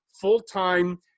full-time